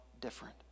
different